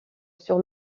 sur